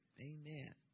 Amen